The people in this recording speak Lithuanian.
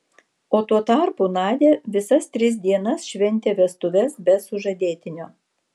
o tuo tarpu nadia visas tris dienas šventė vestuves be sužadėtinio